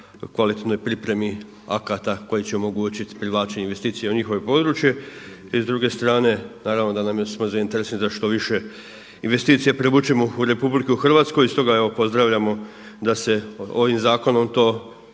kvalitetnoj pripremi akata koji će omogućiti privlačenje investicija u njihovo područje. I s druge strane, naravno da smo zainteresirani da što više investicija privučemo u RH i stoga evo pozdravljamo da se ovim zakonom to